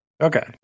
Okay